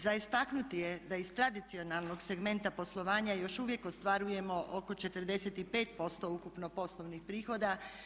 Za istaknuti je da iz tradicionalnog segmenta poslovanja još uvijek ostvarujemo oko 45% ukupno poslovnih prihoda.